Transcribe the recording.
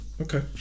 Okay